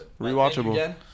Rewatchable